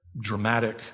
dramatic